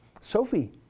Sophie